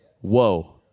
Whoa